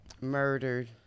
murdered